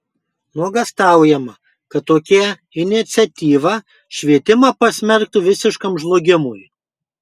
nuogąstaujama kad tokia iniciatyva švietimą pasmerktų visiškam žlugimui